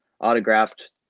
autographed